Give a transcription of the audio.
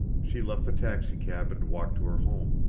she left the taxicab and walked to her home.